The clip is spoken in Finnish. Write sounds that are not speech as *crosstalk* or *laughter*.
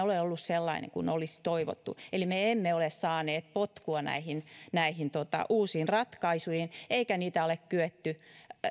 *unintelligible* ole ollut sellainen kuin olisi toivottu eli me emme ole saaneet potkua näihin näihin uusiin ratkaisuihin eikä niitä ole kyetty